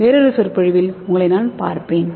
வேறொரு சொற்பொழிவில் உங்களைப் பார்ப்பேன்